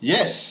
Yes